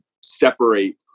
separate